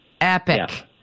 Epic